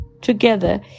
together